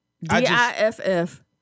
D-I-F-F